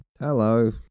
Hello